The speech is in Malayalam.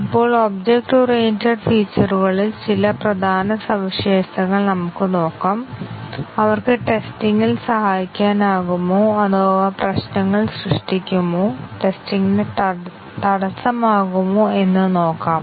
ഇപ്പോൾ ഒബ്ജക്റ്റ് ഓറിയന്റഡ് ഫീച്ചറുകളിൽ ചില പ്രധാന സവിശേഷതകൾ നമുക്ക് നോക്കാം അവർക്ക് ടെസ്റ്റിംഗിൽ സഹായിക്കാനാകുമോ അതോ അവ പ്രശ്നങ്ങൾ സൃഷ്ടിക്കുമോ ടെസ്റ്റിംഗിന് തടസ്സമാകുമോ എന്ന് നോക്കാം